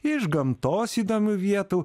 iš gamtos įdomių vietų